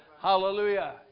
Hallelujah